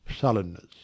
sullenness